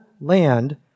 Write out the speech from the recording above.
land